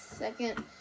second